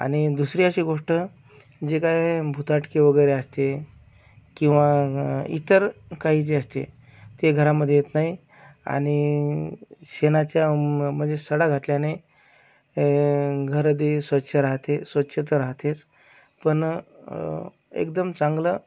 आणि दुसरी अशी गोष्ट जे काही भुताटकी वगैरे असते किंवा इतर काही जे असते ते घरामध्ये येत नाही आणि शेणाच्या म म्हणजे सडा घातल्याने घर अगदी स्वच्छ राहते स्वछता राहतेच पण एकदम चांगलं